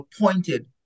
appointed